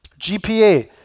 GPA